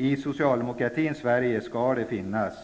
I socialdemokratins Sverige skall det finnas